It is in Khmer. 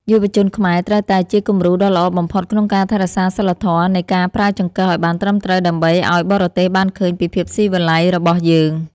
យុវជនខ្មែរត្រូវតែជាគំរូដ៏ល្អបំផុតក្នុងការថែរក្សាសីលធម៌នៃការប្រើចង្កឹះឱ្យបានត្រឹមត្រូវដើម្បីឱ្យបរទេសបានឃើញពីភាពស៊ីវិល័យរបស់យើង។